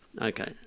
okay